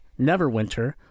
Neverwinter